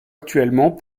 actuellement